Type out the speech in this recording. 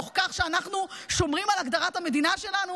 תוך כך שאנחנו שומרים על הגדרת המדינה שלנו